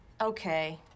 Okay